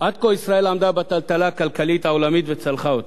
עד כה ישראל עמדה בטלטלה הכלכלית העולמית וצלחה אותה.